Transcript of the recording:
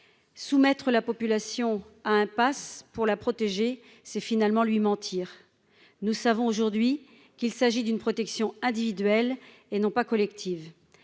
Soumettre la population à un passe pour la protéger, c'est finalement lui mentir. Nous savons aujourd'hui qu'il s'agit d'une protection individuelle, et non collective.